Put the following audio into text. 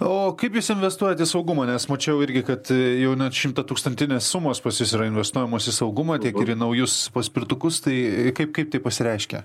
o kaip jūs investuojat į saugumą nes mačiau irgi kad jau net šimtatūkstantinės sumos pas jus yra investuojamos į saugumą tiek ir į naujus paspirtukus tai kaip kaip tai pasireiškia